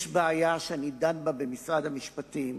יש בעיה שאני דן בה במשרד המשפטים.